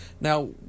Now